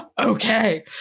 okay